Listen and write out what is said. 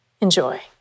Enjoy